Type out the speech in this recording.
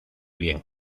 bien